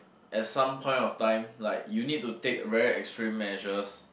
at some point of time like you need to take very extreme measures